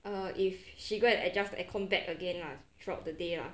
err if she go and adjust the aircon back again lah throughout the day lah